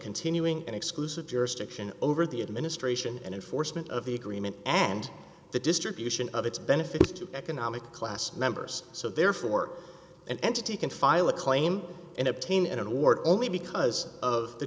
continuing and exclusive jurisdiction over the administration and for of the agreement and the distribution of its benefits to economic class members so therefore an entity can file a claim and obtain an award only because of the